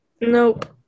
nope